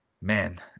Man